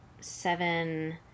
seven